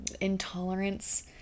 intolerance